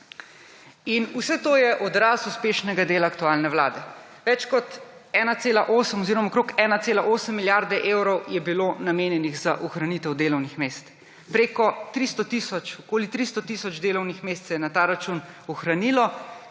Vse to je odraz uspešnega dela aktualne vlade. Več kot 1,8 oziroma 1,8 milijarde evrov je bilo namenjenih za ohranitev delovnih mest, preko 300 tisoč, okoli 300 tisoč delovnih mest se je na ta račun ohranilo